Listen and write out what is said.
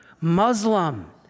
Muslim